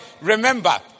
Remember